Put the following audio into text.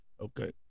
Okay